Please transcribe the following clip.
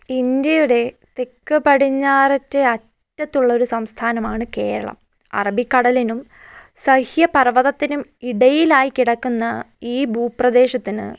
ഇന്ത്യയുടെ തെക്ക് പടിഞ്ഞാറേ അറ്റത്തുള്ള ഒരു സംസ്ഥാനമാണ് കേരളം അറബിക്കടലിനും സഹ്യ പർവ്വതത്തിനും ഇടയിലായി കിടക്കുന്ന ഈ ഭൂപ്രദേശത്തിനു